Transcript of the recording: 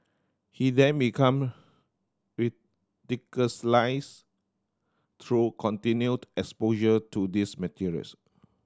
he then become through continued exposure to these materials